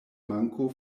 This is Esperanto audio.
manko